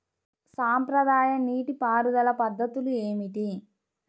సాంప్రదాయ నీటి పారుదల పద్ధతులు ఏమిటి?